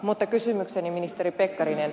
mutta kysymykseni ministeri pekkarinen